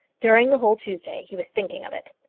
during the whole tuesday he was thinking of it.